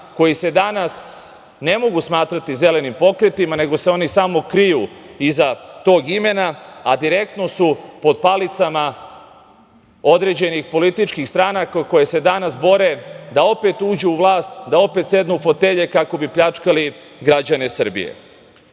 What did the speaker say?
koji se danas ne mogu smatrati zelenim pokretima nego se oni samo kriju iza tog imena, a direktno su pod palicama određenih političkih stranaka koje se danas bore da opet uđu u vlast, da opet sednu u fotelje kako bi pljačkali građane Srbije. Oni